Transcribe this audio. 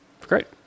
Great